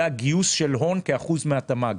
פה רואים את הגיוס של ההון כאחוז מהתמ"ג.